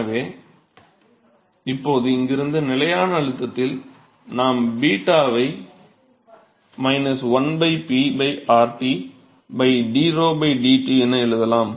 எனவே இப்போது இங்கிருந்து நிலையான அழுத்தத்தில் நாம் 𝞫 வை 1 P RT d𝞺 dT என எழுதலாம்